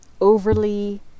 overly